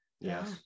Yes